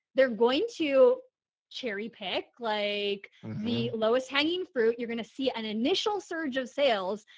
they're going to cherry pick like the lowest hanging fruit. you're going to see an initial surge of sales.